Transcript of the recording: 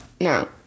No